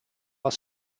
are